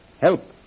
help